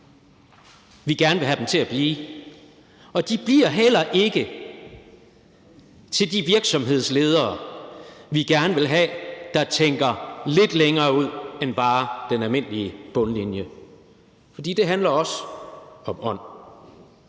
vi gerne vil have dem til at blive, og de bliver heller ikke til de virksomhedsledere, vi gerne vil have, der tænker lidt længere ud end til bare den almindelige bundlinje; for det handler også om ånd.